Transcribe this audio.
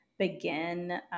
begin